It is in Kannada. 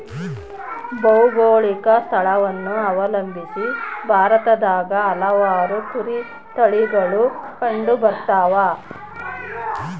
ಭೌಗೋಳಿಕ ಸ್ಥಳವನ್ನು ಅವಲಂಬಿಸಿ ಭಾರತದಾಗ ಹಲವಾರು ಕುರಿ ತಳಿಗಳು ಕಂಡುಬರ್ತವ